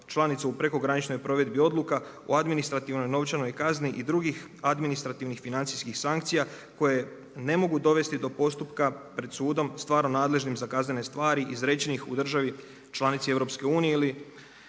članica u prekograničnoj provedbi odluka u administrativnoj novčanoj kazni i drugih administrativnih financijskih sankcija koje ne mogu dovesti do postupka pred sudom stvarno nadležnim za kaznene stvari izrečenih u državi članici EU ili